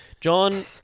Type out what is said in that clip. John